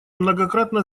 многократно